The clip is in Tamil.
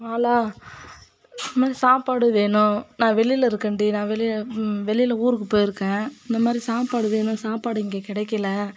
ஹலோ இது மாதிரி சாப்பாடு வேணும் நான் வெளியில் இருக்கேன்டி நான் வெளியில் வெளியில் ஊருக்கு போய்ருக்கேன் இந்த மாதிரி சாப்பாடு வேணும் சாப்பாடு இங்கே கிடைக்கல